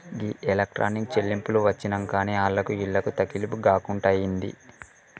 గీ electronic చెల్లింపులు వచ్చినంకనే ఆళ్లకు ఈళ్లకు తకిలీబ్ గాకుంటయింది